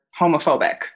homophobic